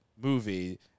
movie